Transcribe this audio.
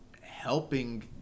helping